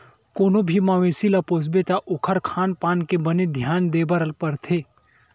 कोनो भी मवेसी ल पोसबे त ओखर खान पान के बने धियान देबर परथे